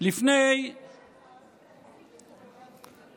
לפני 18 שנה,